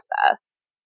process